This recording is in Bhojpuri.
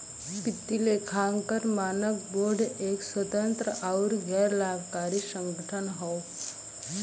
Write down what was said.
वित्तीय लेखांकन मानक बोर्ड एक स्वतंत्र आउर गैर लाभकारी संगठन हौ